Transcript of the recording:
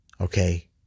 Okay